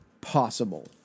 possible